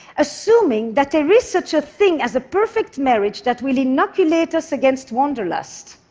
assuming that there is such a thing as a perfect marriage that will inoculate us against wanderlust.